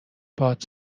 باهات